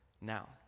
now